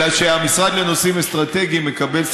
אני מוותר על